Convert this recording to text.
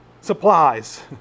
supplies